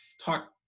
talk